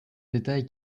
détail